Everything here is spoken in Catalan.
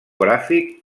gràfic